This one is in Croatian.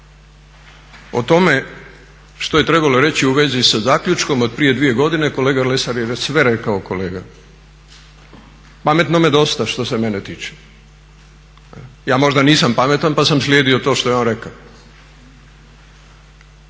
O tome što je trebalo reći u vezi sa zaključkom od prije dvije godine kolega Lesar je već sve rekao. Pametnome dosta, što se mene tiče. Ja možda nisam pametan pa sam slijedio to što je on rekao.